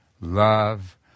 love